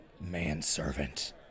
manservant